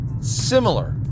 similar